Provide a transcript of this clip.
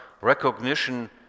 recognition